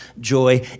joy